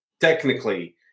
Technically